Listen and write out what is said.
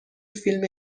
فیلم